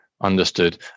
Understood